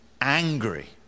angry